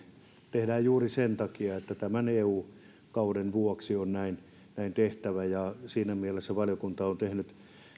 juuri sen takia että tämän eu kauden vuoksi on näin näin tehtävä siinä mielessä valiokunta on tehnyt